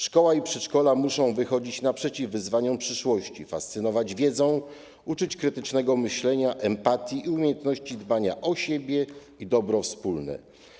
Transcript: Szkoła i przedszkola muszą wychodzić naprzeciw wyzwaniom przyszłości, fascynować wiedzą, uczyć krytycznego myślenia, empatii i umiejętności dbania o siebie i dobro wspólne.